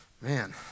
man